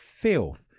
filth